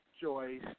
Joyce